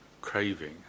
craving